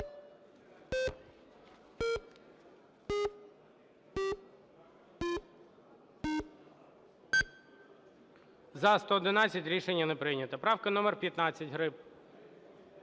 За-111 Рішення не прийнято. Правка номер 15,